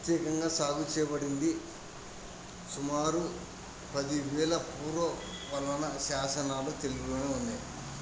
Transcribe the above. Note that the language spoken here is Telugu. ప్రత్యేకంగా సాగు చేయబడింది సుమారు పదివేల పూర్వ వలన శాసనాలు తెలుపుతూ ఉంది